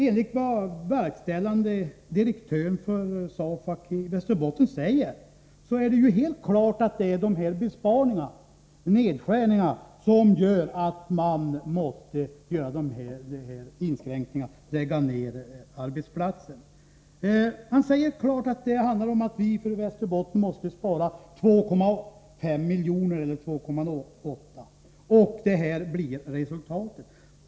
Enligt vad verkställande direktören i SAFAC i Västerbotten säger är det helt klart att det är dessa besparingar som gör att man måste företa inskränkningar och lägga ned arbetsplatser. Han säger klart att det handlar om att vi i Västerbotten måste spara 2,8 miljoner.